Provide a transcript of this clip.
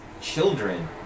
children